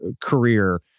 career